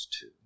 two